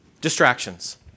distractions